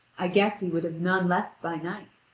i guess he would have none left by night.